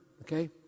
Okay